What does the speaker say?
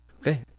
okay